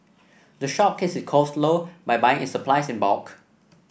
the shop keeps its costs low by buying its supplies in bulk